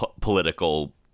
political